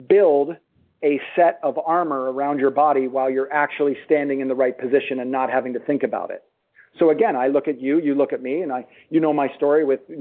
build a set of armor around your body while you're actually standing in the right position and not having to think about it so again, i look at you, you look at me. and you know my story with,